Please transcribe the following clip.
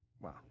Wow